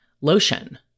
lotion